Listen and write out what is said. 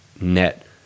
net